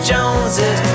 Joneses